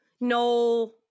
no